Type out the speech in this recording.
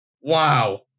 Wow